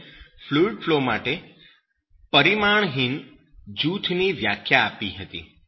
તેમણે fluid flow માટે પરિમાણહીન જૂથની વ્યાખ્યા આપી હતી